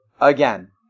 again